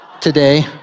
today